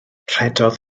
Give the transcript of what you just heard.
rhedodd